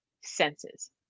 senses